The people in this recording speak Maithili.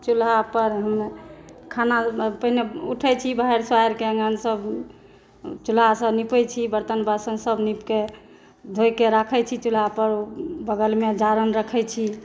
चूल्हापर हमर खाना पहिने उठैत छी बहारि सोहारिके आँगनसभ चूल्हासभ नीपैत छी बर्तन बासनसभ नीपके धो कए राखैत छी चूल्हापर बगलमे जारनि रखैत छी